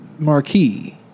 Marquee